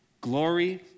glory